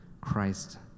Christ